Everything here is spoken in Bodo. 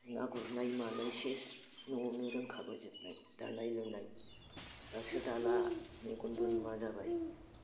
ना गुरनाय मानाय सेस न'आवनो रोंखाबाय दानाय लुनाय दासो दाला मेगनबो नुवा जाबाय